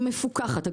היא מפוקחת.